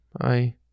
I